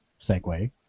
segue